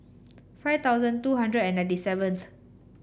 five thousand two hundred and ninety seventh